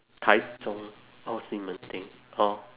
台中 or 西门町 hor